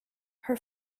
her